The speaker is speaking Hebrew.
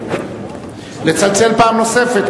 לצלצל פעם נוספת,